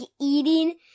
eating